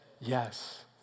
Yes